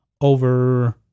over